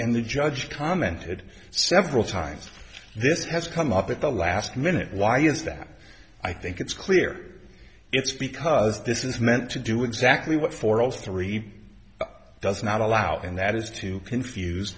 and the judge commented several times this has come up at the last minute why is that i think it's clear it's because this is meant to do exactly what for all three does not allow and that is to confuse